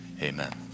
Amen